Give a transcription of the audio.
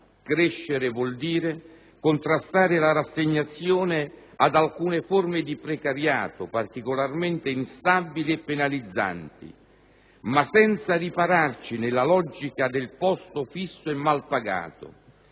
crescere vuol dire contrastare la rassegnazione ad alcune forme di precariato particolarmente instabili e penalizzanti, ma senza ripararci nella logica del posto fisso e mal pagato,